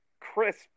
crisp